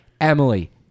Emily